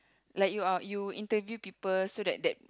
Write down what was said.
like you are you interview people so that that